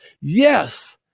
Yes